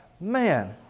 Man